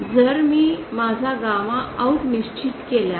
जर मी माझा गॅमा आउट निश्चित केल्यास